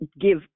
give